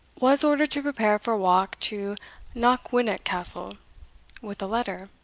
was ordered to prepare for a walk to knockwinnock castle with a letter,